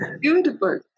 Beautiful